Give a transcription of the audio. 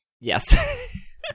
Yes